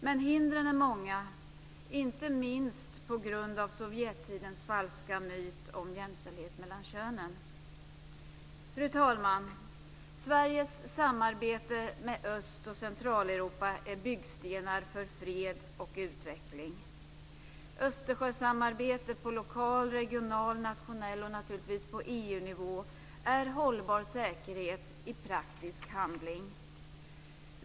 Men hindren är många, inte minst på grund av sovjettidens falska myt om jämställdhet mellan könen. Fru talman! Sveriges samarbete med Öst och Centraleuropa är byggstenar för fred och utveckling. EU-nivå är hållbar säkerhet i praktisk handling.